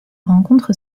rencontre